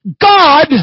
God